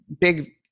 big